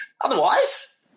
Otherwise